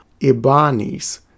IBANIs